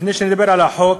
לפני שנדבר על החוק,